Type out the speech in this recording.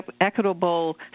equitable